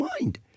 mind